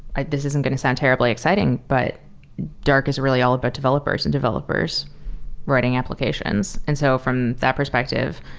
ah this isn't going to sound terribly exciting, but dark is really all about developers and developers writing applications. and so from that perspective,